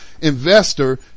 investor